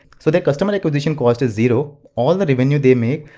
so the customer acquisition cost is zero. all the revenue they make,